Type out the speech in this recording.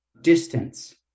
distance